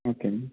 okay అండి